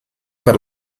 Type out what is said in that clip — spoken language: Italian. per